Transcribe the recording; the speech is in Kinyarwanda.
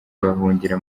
bahungira